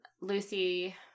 lucy